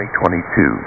2022